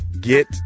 get